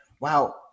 wow